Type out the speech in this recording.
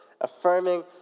affirming